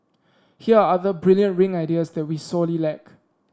here are other brilliant ring ideas that we sorely lack